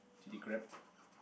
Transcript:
chili crab